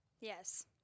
Yes